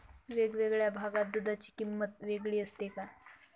वेगवेगळ्या भागात दूधाची किंमत वेगळी असते का?